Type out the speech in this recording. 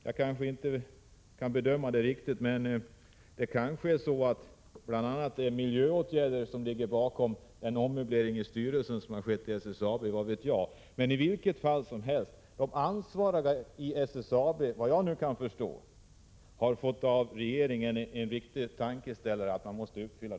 Jag kanske inte kan bedöma det riktigt, men måhända är det bl.a. miljöhänsyn som ligger bakom den ommöblering som har skett i SSAB:s styrelse — vad vet jag. I vilket fall som helst har de ansvariga i SSAB, såvitt jag kan förstå, nu av regeringen fått en viktig tankeställare, nämligen att kraven måste uppfyllas.